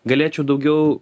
galėčiau daugiau